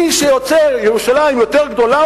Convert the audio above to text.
מי שרוצה ירושלים יותר גדולה,